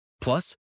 Plus